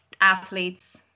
athletes